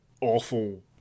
awful